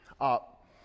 up